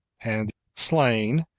and slain,